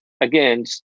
again